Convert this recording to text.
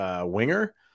winger